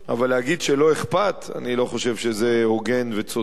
אבל להגיד שלא אכפת, אני לא חושב שזה הוגן וצודק